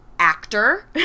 actor